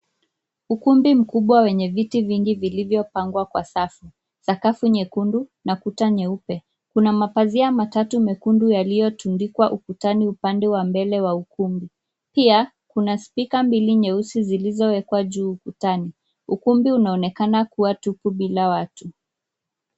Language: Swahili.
Ukumbi mkubwa wenye viti vingi viliovyopangwa kwa safu. Sakafu nyekundu na kuta nyeupe. Kuna mapazia matatu mekundu yalitundikwa ukutani upande wa mbele wa ukumbi. Pia kuna spika mbili nyeusi zilizowekwa juu ukutani. Ukumbi unaonekana kuwa tupu bila watu.